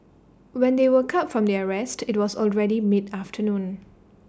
when they woke up from their rest IT was already mid afternoon